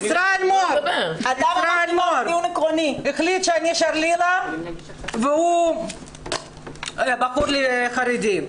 ישראל מור החליט שאני שרלילה והוא בחור חרדי.